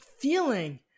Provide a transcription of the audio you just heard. feeling